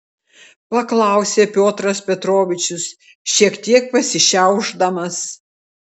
paklausė piotras petrovičius šiek tiek pasišiaušdamas